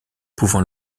pouvant